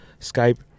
Skype